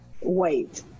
wait